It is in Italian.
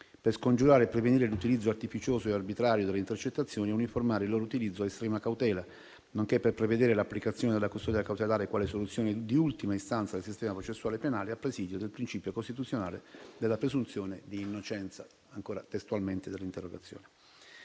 per scongiurare e prevenire l'utilizzo artificioso e arbitrario delle intercettazioni e uniformare il loro utilizzo ad estrema cautela, nonché per prevedere l'applicazione della custodia cautelare quale soluzione di ultima istanza del sistema processuale penale a presidio del principio costituzionale della presunzione di innocenza, come risulta ancora dall'interrogazione.